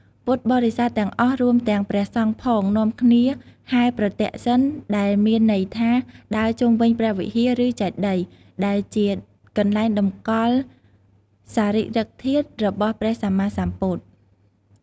ពុទ្ធបរិស័ទទាំងអស់ រួមទាំងព្រះសង្ឃផង នាំគ្នាហែរប្រទក្សិណ ដែលមានន័យថា ដើរជុំវិញព្រះវិហារ ឬចេតិយ ដែលជា កន្លែងតម្កល់សារីរិកធាតុរបស់ព្រះសម្មាសម្ពុទ្ធ។